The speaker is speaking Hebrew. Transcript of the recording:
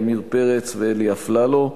עמיר פרץ ואלי אפללו.